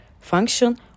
function